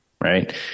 right